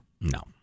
No